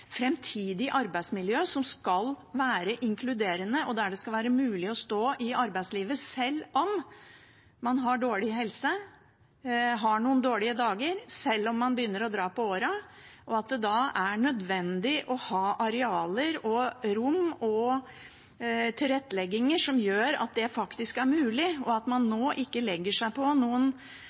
framtidig arbeidsmiljø som skal være inkluderende, og der det skal være mulig å stå i arbeidslivet sjøl om man har dårlig helse, har noen dårlige dager, eller begynner å dra på åra. Da er det nødvendig å ha arealer og rom og tilrettelegging som gjør at det faktisk er mulig, og at man nå ikke legger seg på noen